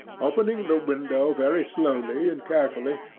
opening the window very slowly and carefully,